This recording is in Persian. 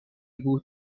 بود